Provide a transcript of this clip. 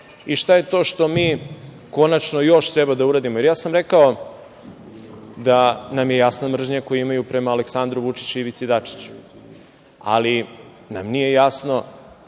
Šta je to što mi konačno još treba da uradimo i rekao sam da nam je jasna mržnja koju imaju prema Aleksandru Vučiću i Ivici Dačiću. Ali nam nije jasno